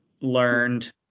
learned –